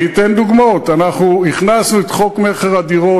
אני אתן דוגמאות: אנחנו הכנסנו את חוק מכר הדירות,